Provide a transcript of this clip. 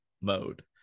mode